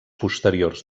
posteriors